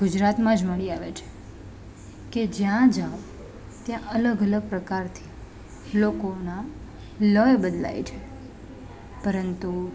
ગુજરાતમાં જ મળી આવે છે કે જ્યાં જાઓ ત્યાં અલગ અલગ પ્રકારથી લોકોનાં લય બદલાય છે પરંતુ